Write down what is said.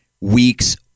weeks